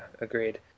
agreed